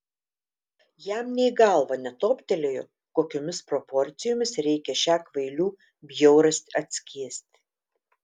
jam nė į galvą netoptelėjo kokiomis proporcijomis reikia šią kvailių bjaurastį atskiesti